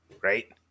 right